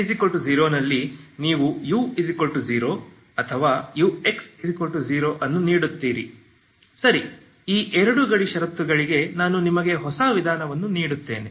x0 ನಲ್ಲಿ ನೀವು u0 ಅಥವಾ ux0 ಅನ್ನು ನೀಡುತ್ತೀರಿ ಸರಿ ಈ ಎರಡು ಗಡಿ ಷರತ್ತುಗಳಿಗೆ ನಾನು ನಿಮಗೆ ಹೊಸ ವಿಧಾನವನ್ನು ನೀಡುತ್ತೇನೆ